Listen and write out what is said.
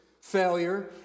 failure